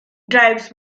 drives